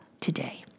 today